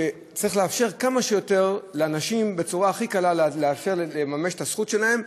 היא שצריך לאפשר כמה שיותר לאנשים בצורה הכי קלה לממש את הזכות שלהם,